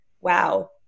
Wow